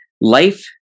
life